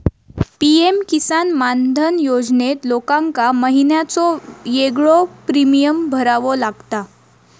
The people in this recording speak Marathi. पी.एम किसान मानधन योजनेत लोकांका महिन्याचो येगळो प्रीमियम भरावो लागता